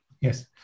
Yes